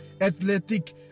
athletic